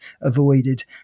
avoided